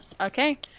Okay